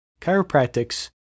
chiropractics